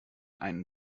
einen